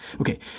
okay